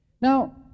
Now